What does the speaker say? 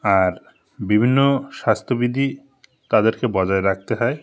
আর বিভিন্ন স্বাস্থ্যবিধি তাদেরকে বজায় রাকতে হয়